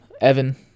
Evan